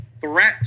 threat